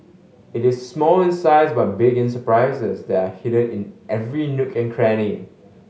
it is small in size but big in surprises that are hidden in every nook and cranny